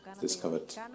discovered